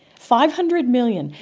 five hundred million,